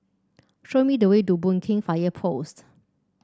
show me the way to Boon Keng Fire Post